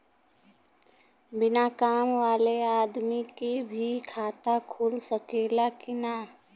बिना काम वाले आदमी के भी खाता खुल सकेला की ना?